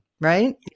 right